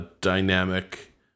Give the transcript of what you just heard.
dynamic